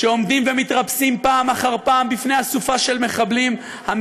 שעומדים ומתרפסים פעם אחר פעם בפני אסופה של מחבלים,